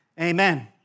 Amen